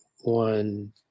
one